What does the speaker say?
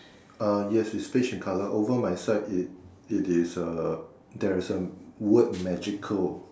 uh yes it's beige in colour over my side it it is a there is a word magical